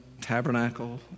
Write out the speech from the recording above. tabernacle